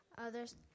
others